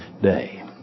day